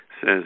says